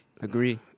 Agree